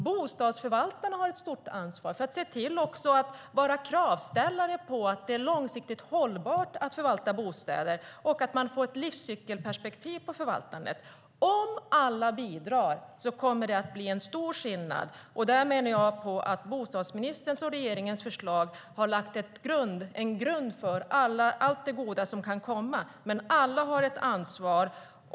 Bostadsförvaltarna har ett stort ansvar att vara kravställare på att det är långsiktigt hållbart att förvalta bostäder och att man får ett livscykelperspektiv på förvaltandet. Om alla bidrar kommer det att bli stor skillnad. Här menar jag att bostadsministerns och regeringens förslag har lagt en grund för allt det goda som kan komma. Alla har dock ett ansvar.